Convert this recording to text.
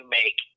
make